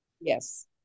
Yes